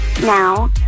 now